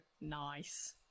nice